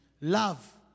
Love